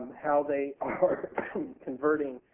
how they are converting.